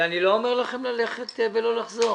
אבל אני לא אומר לכם ללכת ולא לחזור.